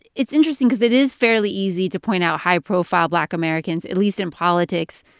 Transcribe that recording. it's interesting cause it is fairly easy to point out high-profile black americans, at least in politics,